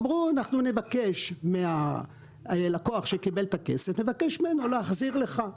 אמרו שנבקש מהלקוח שקיבל את הכסף להחזיר לך.